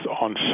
on